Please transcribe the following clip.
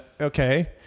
okay